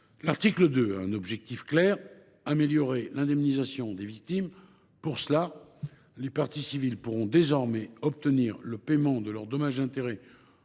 L’article 2 a un objectif clair : améliorer l’indemnisation des victimes. Pour cela, les parties civiles pourront désormais obtenir le paiement de leurs dommages et intérêts